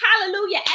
Hallelujah